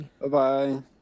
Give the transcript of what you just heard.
Bye-bye